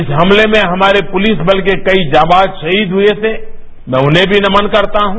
इस हमले में हमारे पुलिस बल के कई जाबाज शहीद हुए थे मैं उन्हें भी नमन करता हूं